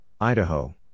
Idaho